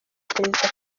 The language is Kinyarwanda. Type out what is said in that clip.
perezida